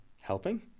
helping